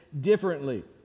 differently